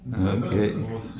Okay